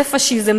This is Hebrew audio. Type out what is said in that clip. זה פאשיזם.